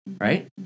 right